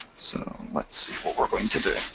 so let's see what we're going to do.